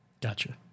Gotcha